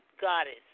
goddess